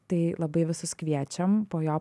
tai labai visus kviečiam po jo